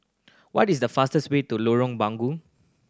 what is the fastest way to Lorong Bungu